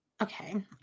okay